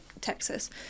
texas